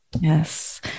yes